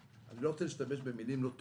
אני לא רוצה להשתמש במילים לא טובות,